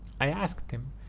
i asked him,